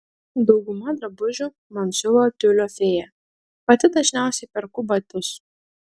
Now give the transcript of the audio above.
daugumą drabužių man siuva tiulio fėja pati dažniausiai perku batus